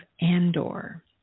Andor